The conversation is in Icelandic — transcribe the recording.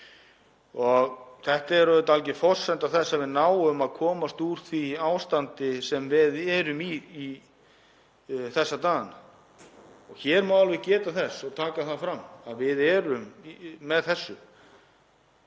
Þetta er auðvitað algjör forsenda þess að við náum að komast úr því ástandi sem við erum í þessa dagana. Hér má alveg geta þess og taka það fram að við erum með þessu